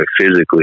physically